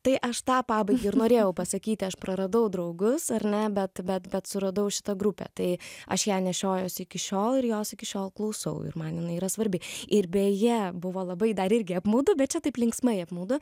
tai aš tą pabaigą ir norėjau pasakyti aš praradau draugus ar ne bet bet bet suradau šitą grupę tai aš ją nešiojuosi iki šiol ir jos iki šiol klausau ir man jinai yra svarbi ir beje buvo labai dar irgi apmaudu bet čia taip linksmai apmaudu